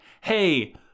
hey